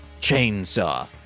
chainsaw